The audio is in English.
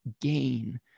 gain